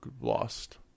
lost